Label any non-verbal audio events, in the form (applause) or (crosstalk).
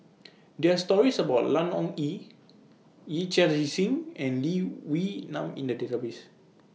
(noise) There Are stories about Ian Ong Li Yee Chia Hsing and Lee Wee Nam in The Database